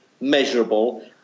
measurable